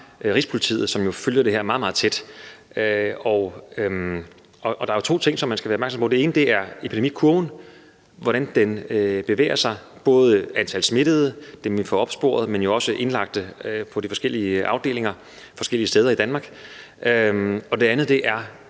Rigspolitiet, som følger det her meget, meget tæt. Og der er jo to ting, som man skal være opmærksom på. Den ene er epidemikurven, altså hvordan den bevæger sig, både i forhold til antal smittede, dem vi får opsporet, men jo også i forhold til antal indlagte på de forskellige afdelinger forskellige steder i Danmark. Og den anden er